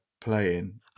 playing